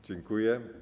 Dziękuję.